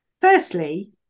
Firstly